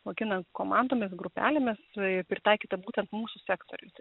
mokina komandomis grupelėmis tai pritaikyta būtent mūsų sektoriui